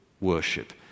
worship